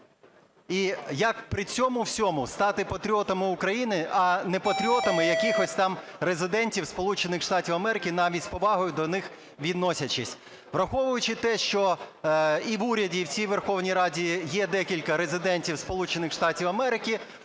і як при цьому всьому стати патріотами України, а не патріотами якихось там резидентів Сполучених Штатів Америки, навіть з повагою до них відносячись. Враховуючи те, що і в уряді і в цій Верховній Раді є декілька резидентів